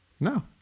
no